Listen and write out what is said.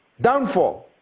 downfall